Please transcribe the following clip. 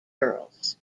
girls